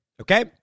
okay